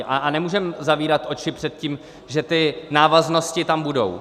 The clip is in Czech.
A nemůžeme zavírat oči před tím, že ty návaznosti tam budou.